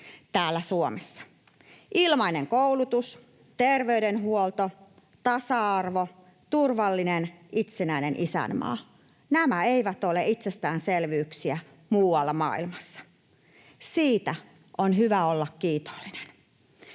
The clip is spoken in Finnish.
täällä Suomessa: ilmainen koulutus, terveydenhuolto, tasa-arvo, turvallinen, itsenäinen isänmaa. Nämä eivät ole itsestäänselvyyksiä muualla maailmassa. Niistä on hyvä olla kiitollinen.